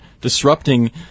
disrupting